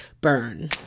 Burn